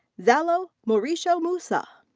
zalo morisho moussa.